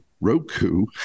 Roku